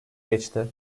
geçti